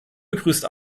begrüßt